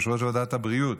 יושב-ראש ועדת הבריאות